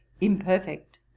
imperfect